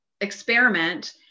experiment